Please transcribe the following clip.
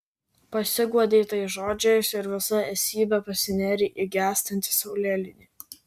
pasiguodei tais žodžiais ir visa esybe pasinėrei į gęstantį saulėlydį